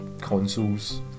consoles